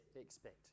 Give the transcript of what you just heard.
expect